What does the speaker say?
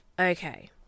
okay